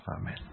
Amen